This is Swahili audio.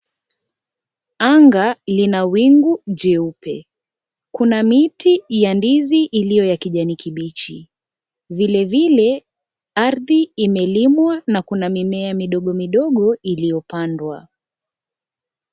Anga lina wingu jeupe, kuna miti ya ndizi iliyo ya kijani kibichi. Vile vile ardhi imelimwa na kuna mimea midogo midogo iliyopandwa.